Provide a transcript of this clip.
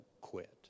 quit